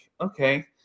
okay